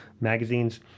magazines